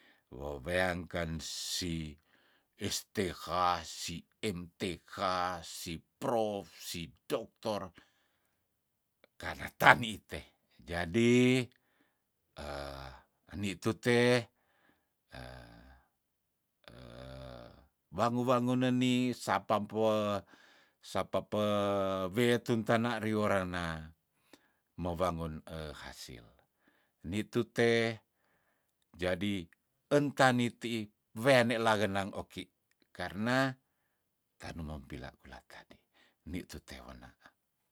Woweangken si s. Th, si m. Th, si prof, si doktor karna tani te jadi eni tute wangu- wanguneni sapam peo sapa pe we tuntana rioranna mowangun hasil nitute jadi entani tiih weane lagenang oki karna tanumom pila kulat kali nitute wonaah.